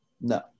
no